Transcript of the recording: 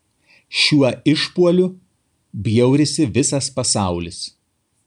šiuo išpuoliu bjaurisi visas pasaulis